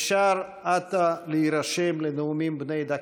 אפשר עתה להירשם לנאומים בני דקה.